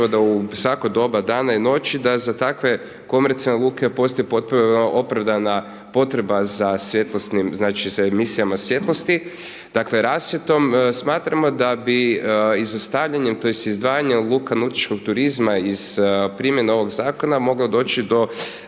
u svako doba dana i noći da za takve komercionalne luke postoji potpuno opravdana potreba za svjetlosnim, znači, za emisijama svjetlosti, dakle, rasvjetom. Smatramo da bi izostavljanjem tj. izdvajanjem luka nautičkog turizma iz primjene ovog Zakona moglo doći do